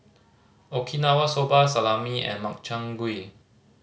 Okinawa Soba Salami and Makchang Gui